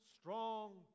strong